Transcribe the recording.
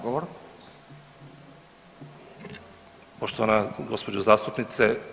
Poštovana gospođo zastupnice.